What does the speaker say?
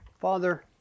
Father